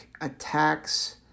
attacks